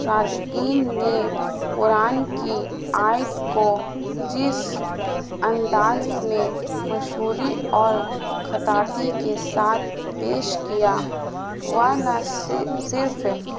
صادقین نے قرآن کی آائت کو جس انداز میں مشہوری اور کطاتی کے ساتھ پیش کیا و ن صرف